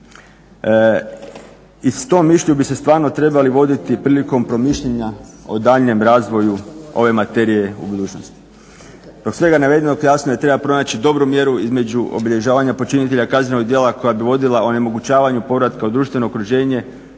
I s tom mišlju bi se stvarno trebali voditi prilikom promišljanja o daljnjem razvoju materije u budućnosti. Zbog svega navedenog jasno je treba pronaći dobru mjeru između obilježavanja počinitelja kaznenog djela koja bi vodila onemogućavanju povratka u društveno okruženje